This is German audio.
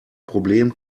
problem